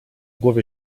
głowie